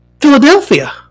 Philadelphia